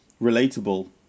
relatable